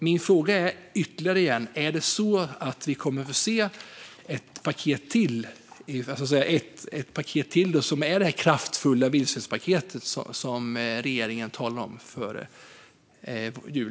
Min fråga är alltså återigen om vi kommer att få se ett paket till, så att säga, som är det här kraftfulla vildsvinspaketet som regeringen talade om före jul.